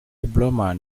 blauman